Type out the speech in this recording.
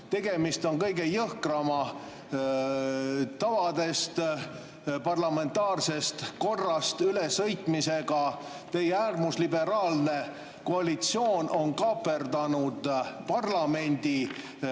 Tegemist on kõige jõhkrama tavadest, parlamentaarsest korrast ülesõitmisega. Teie äärmusliberaalne koalitsioon on kaaperdanud parlamendi,